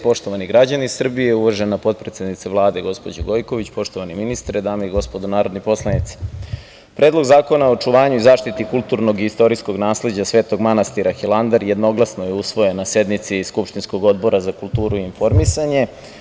Poštovani građani Srbije, uvažena potpredsednice Vlade gospođo Gojković, poštovani ministre, dame i gospodo narodni poslanici Predlog Zakona o očuvanju i zaštiti kulturnog i istorijskog nasleđa svetog manastira Hilandar jednoglasno je usvojen na sednici skupštinskog Odbora za kulturu i informisanje.